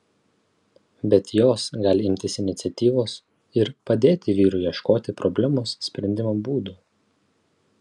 bet jos gali imtis iniciatyvos ir padėti vyrui ieškoti problemos sprendimo būdų